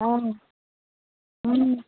हँ ह्म्म